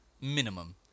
minimum